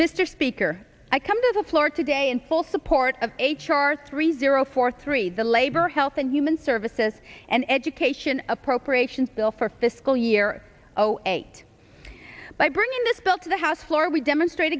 mr speaker i come to the floor today in full support of h r three zero four three the labor health and human services and education appropriations bill for fiscal year zero eight by bringing this bill to the house floor we demonstrate